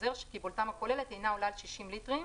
חוזר שקיבולתם הכוללת אינה עולה על 60 ליטרים,